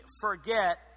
forget